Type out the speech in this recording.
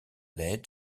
led